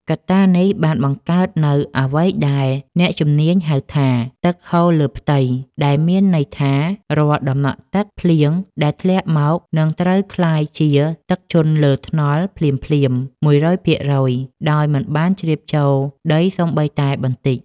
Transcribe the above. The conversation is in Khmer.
កត្តានេះបានបង្កើននូវអ្វីដែលអ្នកជំនាញហៅថា ទឹកហូរលើផ្ទៃ ដែលមានន័យថា រាល់តំណក់ទឹកភ្លៀងដែលធ្លាក់មក នឹងប្រែក្លាយជាទឹកជន់លើថ្នល់ភ្លាមៗ ១០០ ភាគរយ ដោយមិនបានជ្រាបចូលដីសូម្បីតែបន្តិច។